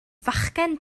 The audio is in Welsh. fachgen